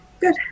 Good